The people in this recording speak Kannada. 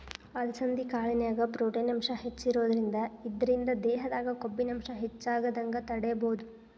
ಅಲಸಂಧಿ ಕಾಳಿನ್ಯಾಗ ಪ್ರೊಟೇನ್ ಅಂಶ ಹೆಚ್ಚಿರೋದ್ರಿಂದ ಇದ್ರಿಂದ ದೇಹದಾಗ ಕೊಬ್ಬಿನಾಂಶ ಹೆಚ್ಚಾಗದಂಗ ತಡೇಬೋದು